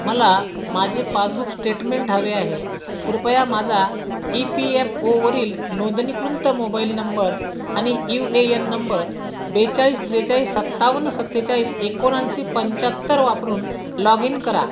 मला माझे passbook statement हवे आहे कृपया माझा ई पी येप ओवरील नोंदणीकृत मोबाईल नंबर आणि यूएयेन नंबर बेचाळीस त्रेचाळीस सत्तावन सत्तेचाळीस एकोणऐंशी पंच्याहत्तर वापरून लॉग इन करा